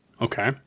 okay